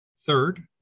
Third